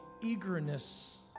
eagerness